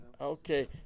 Okay